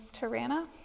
Tarana